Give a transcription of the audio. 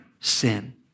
sin